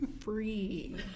Free